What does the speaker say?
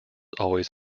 always